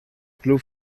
club